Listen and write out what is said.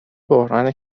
بحران